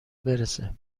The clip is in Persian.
برسه